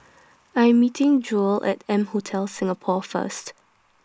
I Am meeting Jewell At M Hotel Singapore First